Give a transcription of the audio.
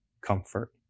comfort